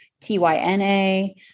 T-Y-N-A